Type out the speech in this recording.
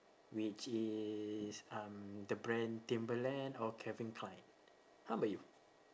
which is um the brand timberland or calvin klein how about you